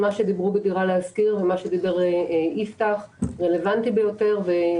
כל מה שדיבר עליו הנציג של דירה להשכיר ודיבר עליו יפתח רלוונטי ומבורך.